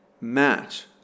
match